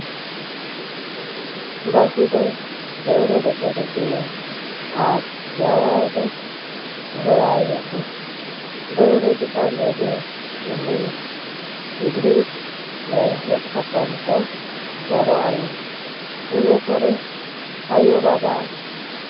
ᱵᱟᱹᱦᱩ ᱫᱚ ᱫᱟᱹᱣᱲᱟᱹ ᱨᱮᱠᱚ ᱫᱮᱡᱮᱭᱟ ᱟᱨ ᱡᱟᱶᱟᱭ ᱫᱚ ᱜᱷᱳᱲᱟᱭᱮᱭᱟᱠᱚ ᱫᱟᱹᱣᱲᱟᱹ ᱪᱮᱛᱟᱱᱨᱮᱜᱮ ᱥᱤᱸᱫᱩᱨ ᱢᱮᱲᱦᱮᱫᱽ ᱥᱟᱠᱟᱢ ᱠᱚ ᱦᱚᱨᱚᱜ ᱟᱭᱟ ᱤᱱᱟᱹ ᱯᱚᱨᱮ ᱟᱹᱭᱩ ᱵᱟᱵᱟ